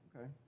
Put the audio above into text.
Okay